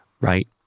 Right